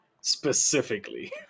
specifically